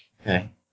okay